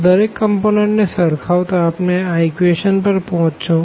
તો દરેક કમ્પોનંટ ને સરખાવતા આપણે આ ઇક્વેશન પર પહોચશું